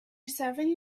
seven